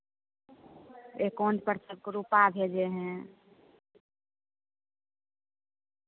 यह कौन परसक रुपया भेजे हैं